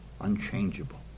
unchangeable